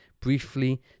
briefly